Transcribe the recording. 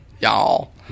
Y'all